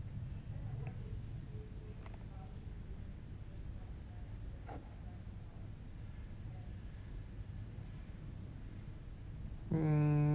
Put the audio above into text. mm